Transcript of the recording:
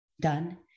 done